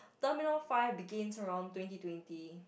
terminal five begins around twenty twenty